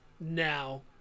now